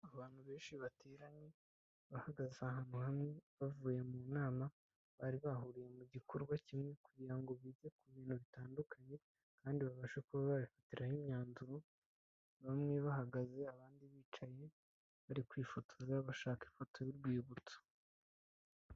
Abantu benshi bateranye, bahagaze ahantu hamwe bavuye mu nama, bari bahuriye mu gikorwa kimwe kugira ngo bige ku bintu bitandukanye kandi babashe kuba babifatiraho imyanzuro, bamwe bahagaze abandi bicaye, bari kwifotoza bashaka ifoto y'urwibutso.